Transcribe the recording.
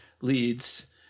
leads